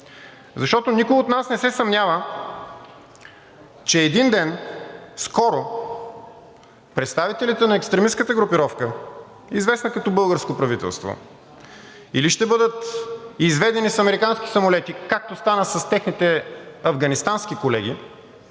защото никой от нас не се съмнява, че един ден – скоро, представителите на екстремистката групировка, известна като българско правителство, или ще бъдат изведени с американски самолети, както стана с техните афганистански колеги,